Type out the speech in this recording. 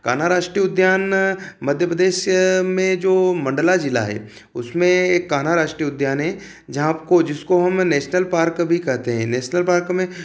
कान्हा राष्ट्रीय उद्यान मध्य प्रदेश में जो मंडला जिला है उसमें एक कान्हा राष्ट्रीय उद्यान है जहाँ आपको जिसको हम नेशनल पार्क भी कहते हैं नेशनल पार्क में